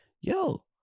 yo